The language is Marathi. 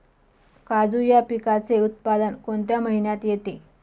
काजू या पिकाचे उत्पादन कोणत्या महिन्यात येते?